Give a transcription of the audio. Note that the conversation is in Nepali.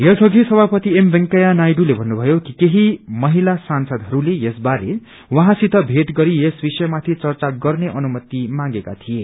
यस अघि सभापति एम वेंकैया नायडूले भन्नुभयो कि केही महिला सांसदहरूले यस बारे उहाँसित मे गरी यस विषय माथि चर्चा गर्ने अनुपति मांगेका थिए